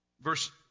Verse